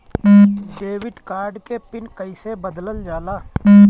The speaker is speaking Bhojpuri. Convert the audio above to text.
डेबिट कार्ड के पिन कईसे बदलल जाला?